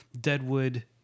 Deadwood